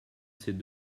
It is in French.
ses